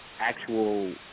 actual